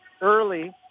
early